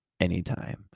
anytime